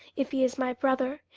if he is my brother.